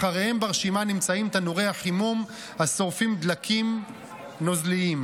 ואחריהם ברשימה נמצאים תנורי החימום השורפים דלקים נוזליים.